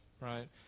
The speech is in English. right